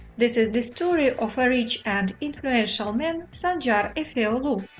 this is the story of a rich and influential man sancar efeoglu,